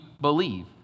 believe